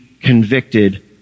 convicted